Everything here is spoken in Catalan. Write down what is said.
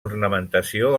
ornamentació